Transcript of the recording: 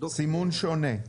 סימון שונה,